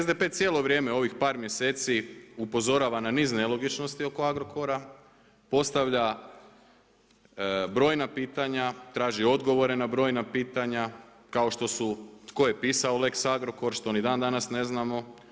SDP cijelo vrijeme ovih par mjeseci upozorava na niz nelogičnosti oko Agrokora, postavlja brojna pitanja, traži odgovore na brojna pitanja kao što su tko je pisao lex Agrokor što ni dan danas ne znamo.